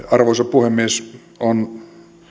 arvoisa puhemies on